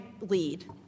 lead